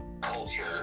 culture